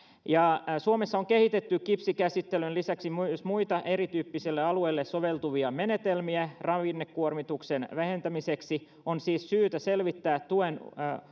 suomessa on kehitetty kipsikäsittelyn lisäksi myös muita erityyppisille alueille soveltuvia menetelmiä ravinnekuormituksen vähentämiseksi on siis syytä selvittää tuen